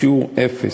חיים.